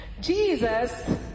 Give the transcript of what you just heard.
Jesus